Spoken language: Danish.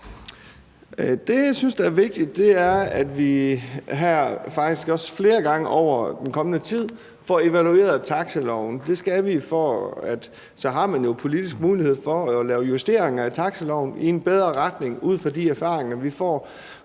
Det, jeg synes er vigtigt, er, at vi her faktisk også flere gange over den kommende tid får evalueret taxiloven. Det skal vi, for så har man jo politisk mulighed for at lave justeringer af taxiloven i en bedre retning ud fra de erfaringer, vi får